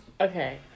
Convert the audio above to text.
Okay